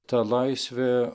ta laisvė